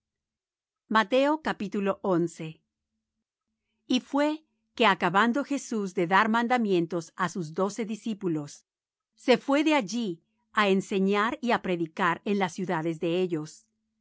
perderá su recompensa y fué que acabando jesús de dar mandamientos á sus doce discípulos se fué de allí á enseñar y á predicar en las ciudades de ellos